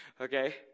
Okay